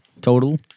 total